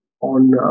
on